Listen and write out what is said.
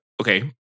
Okay